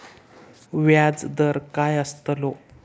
व्याज दर काय आस्तलो?